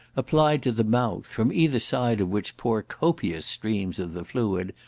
applied to the mouth, from either side of which pour copious streams of the fluid,